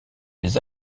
des